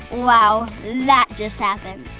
wow, that just happened.